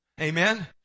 Amen